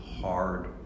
hard